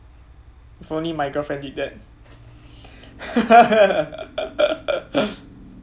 if only my girlfriend did that